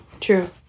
True